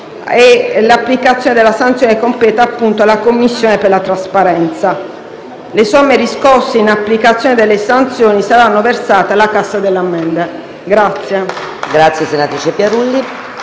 L'applicazione della sanzione compete alla Commissione per la trasparenza. Le somme riscosse in applicazione delle sanzioni saranno versate alla cassa delle ammende.